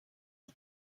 het